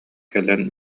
кэлэн